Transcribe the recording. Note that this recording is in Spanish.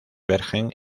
bergen